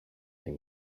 than